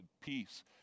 peace